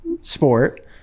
sport